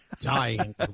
dying